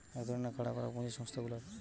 এক ধরণের খাড়া করা পুঁজি সংস্থা গুলার